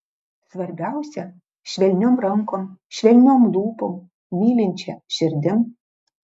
svarbiausia švelniom rankom švelniom lūpom mylinčia širdim